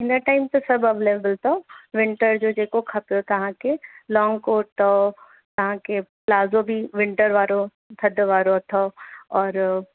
हिन टाइम ते सभु अवेलेबल अथव विंटर जो जेको खपेव तव्हांखे लॉंग कोट अथव तव्हांखे प्लाज़ो बि विंटर वारो थधि वारो अथव और